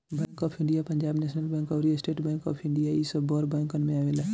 bank of India, Punjab national bank अउरी state bank of India इ सब बड़ बैंकन में आवेला